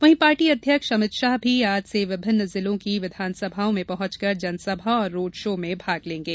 वहीं पार्टी अध्यक्ष अमित शाह भी आज से विभिन्न जिलों की विधानसभाओं में पहुंचकर जनसभा और रोड शो में भाग लेंगे